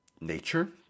nature